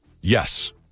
Yes